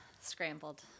Scrambled